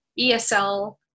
ESL